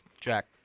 Jack